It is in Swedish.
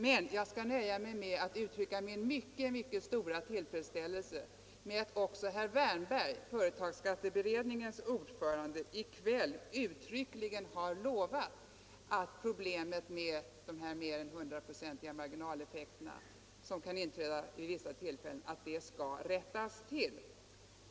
Men jag skall nöja mig med att uttrycka min mycket, mycket stora tillfredsställelse med att också herr Wärnberg, företagsskatteberedningens ordförande, i kväll uttryckligen har lovat att detta med de 100-procentiga marginaleffekterna för egenföretagare skall rättas till.